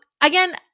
again